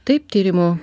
taip tyrimų